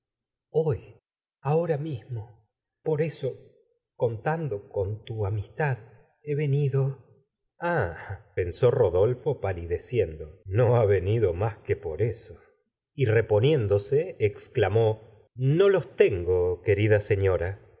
hoy ahora mismo por eso contando con tu amistad he venido ah pensó rodolfo palideciendo no ha venido más que por eso y reponiéndose exclamó no los tengo querida señora